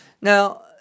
now